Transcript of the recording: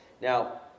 Now